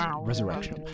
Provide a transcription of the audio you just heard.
Resurrection